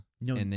No